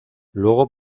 luego